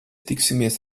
tiksimies